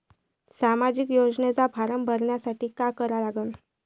सामाजिक योजनेचा फारम भरासाठी का करा लागन?